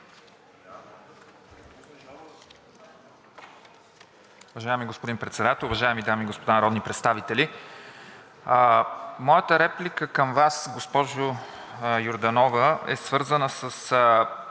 Уважаеми господин Председател, уважаеми дами и господа народни представители! Моята реплика към Вас, госпожо Йорданова, е свързана